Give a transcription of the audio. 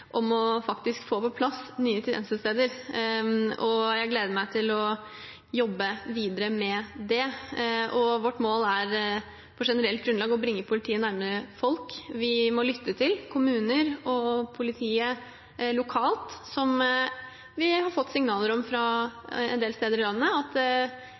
å få på plass nye tjenestesteder. Jeg gleder meg til å jobbe videre med det. Vårt mål er på generelt grunnlag å bringe politiet nærmere folk. Vi må lytte til kommuner og politiet lokalt. Fra en del steder i landet har vi fått signaler om at politidekningen er for lav, og at